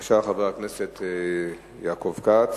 הנושא הבא הוא הצעת חוק של חברי הכנסת יעקב כץ